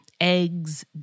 eggs